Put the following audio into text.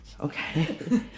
Okay